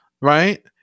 right